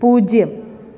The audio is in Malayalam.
പൂജ്യം